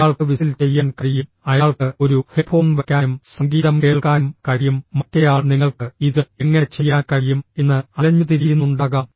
അയാൾക്ക് വിസിൽ ചെയ്യാൻ കഴിയും അയാൾക്ക് ഒരു ഹെഡ്ഫോൺ വയ്ക്കാനും സംഗീതം കേൾക്കാനും കഴിയും മറ്റേയാൾ നിങ്ങൾക്ക് ഇത് എങ്ങനെ ചെയ്യാൻ കഴിയും എന്ന് അലഞ്ഞുതിരിയുന്നുണ്ടാകാം